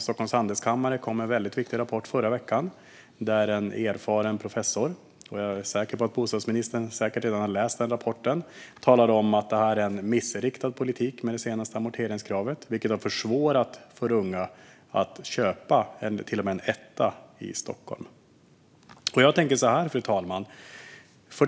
Stockholms Handelskammare kom med en viktig rapport förra veckan - jag är säker på att bostadsministern redan har läst rapporten - där en erfaren professor talar om att det senaste amorteringskravet är en missriktad politik som har försvårat för unga att köpa ens en etta i Stockholm. Fru talman!